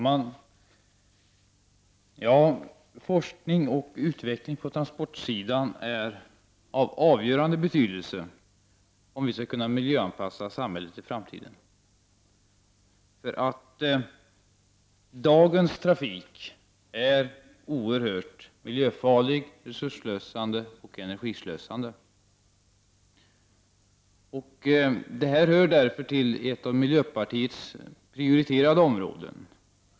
Herr talman! Forskning och utveckling på transportområdet är av avgörande betydelse för att vi skall kunna miljöånpassa det framtida samhället. Dagens trafik är nämligen oerhört miljöfarlig, resursslösande och energislösande. Det här är ett av miljöpartiets prioriterade områden.